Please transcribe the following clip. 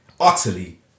utterly